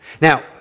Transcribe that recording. Now